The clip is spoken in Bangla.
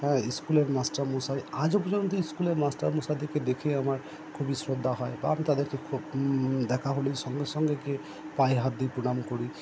হ্যাঁ স্কুলের মাষ্টারমশাই আজও পর্যন্ত স্কুলের মাষ্টারমশাইদিকে দেখে আমার খুবই শ্রদ্ধা হয় বা আমি তাদেরকে খুব দেখা হলেই সঙ্গে সঙ্গে গিয়ে পায়ে হাত দিয়ে প্রণাম করি